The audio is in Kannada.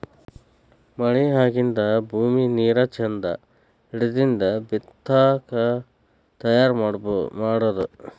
ಮಳಿ ಆಗಿಂದ ಭೂಮಿ ನೇರ ಚಂದ ಹಿಡದಿಂದ ಬಿತ್ತಾಕ ತಯಾರ ಮಾಡುದು